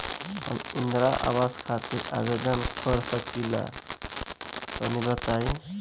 हम इंद्रा आवास खातिर आवेदन कर सकिला तनि बताई?